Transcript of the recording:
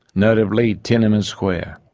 notably tiananmen square,